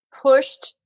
Pushed